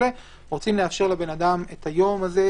אנחנו רוצים לאפשר לבן אדם את יום העבודה